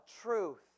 truth